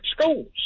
schools